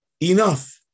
enough